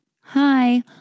hi